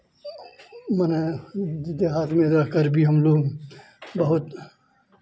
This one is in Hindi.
माने देहात में रह कर भी हम लोग बहुत